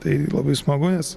tai labai smagu nes